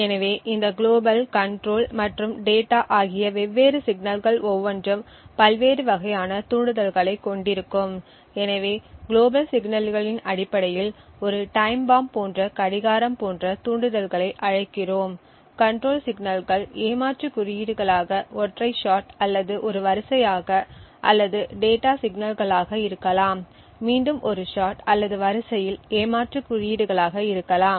எனவே இந்த global control மற்றும் டேட்டா ஆகிய வெவ்வேறு சிக்னல்கள் ஒவ்வொன்றும் பல்வேறு வகையான தூண்டுதல்களைக் கொண்டிருக்கும் எனவே குளோபல் சிக்னல்களின் அடிப்படையில் ஒரு டைம் பாம்ப் போன்ற கடிகாரம் போன்ற தூண்டுதல்களை அழைக்கிறோம் கண்ட்ரோல் சிக்னல்கள் ஏமாற்று குறியீடுகளாக ஒற்றை ஷாட் அல்லது ஒரு வரிசையாக அல்லது டேட்டா சிக்னல்களாக இருக்கலாம் மீண்டும் ஒரு ஷாட் அல்லது வரிசையில் ஏமாற்று குறியீடுகளாக இருக்கலாம்